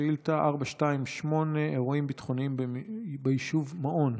שאילתה 428: אירועים ביטחוניים ביישוב מעון.